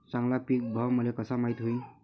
चांगला पीक भाव मले कसा माइत होईन?